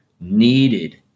needed